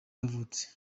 yavutse